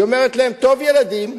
היא אומרת להם: טוב, ילדים,